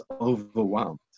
overwhelmed